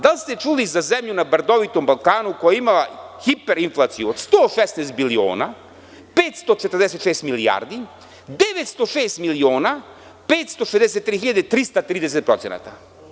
Da li ste čuli za zemlju na brdovitom Balkanu, koja je imala hiperinflaciju od 116 biliona, 546 milijardi, 906 miliona, 563 hiljade i 333 procenata?